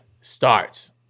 starts